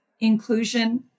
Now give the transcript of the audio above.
inclusion